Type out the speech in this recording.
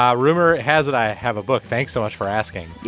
um rumor has it i have a book. thanks so much for asking.